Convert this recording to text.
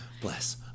Bless